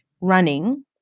running